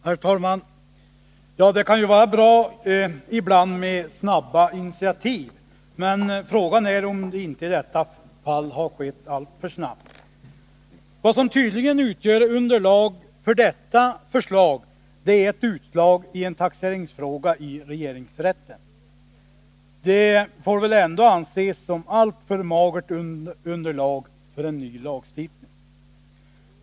Herr talman! Det kan vara bra ibland med snabba initiativ, men frågan är om initiativet i detta fall inte har tagits för snabbt. Vad som tydligen utgör underlag för förslaget är ett utslag i regeringsrätten i en taxeringsfråga. Det får väl ändå anses som ett alltför magert underlag för en ny lagstiftning.